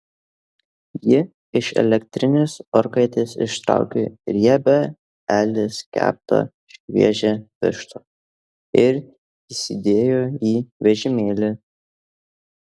ji iš elektrinės orkaitės ištraukė riebią elės keptą šviežią vištą ir įsidėjo į vežimėlį